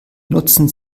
nutzen